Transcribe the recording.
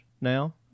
now